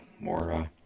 more